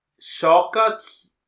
Shortcuts